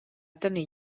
tenir